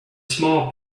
small